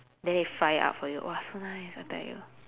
then they fry it up for you !wah! so nice I tell you